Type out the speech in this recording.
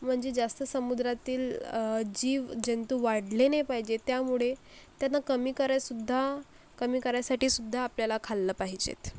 म्हणजे जास्त समुद्रातील जीवजंतू वाढले नाही पाहिजे त्यामुळे त्यांना कमी करायसुद्धा कमी करायसाठीसुद्धा आपल्याला खाल्लं पाहिजेत